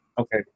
Okay